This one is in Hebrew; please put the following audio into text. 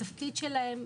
התפקיד שלהם,